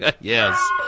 Yes